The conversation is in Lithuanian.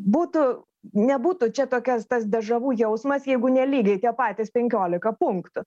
būtų nebūtų čia tokios tas dežavu jausmas jeigu nelygiai tie patys penkiolika punktų